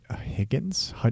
Higgins